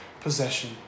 possession